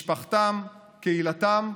משפחתם, קהילתם,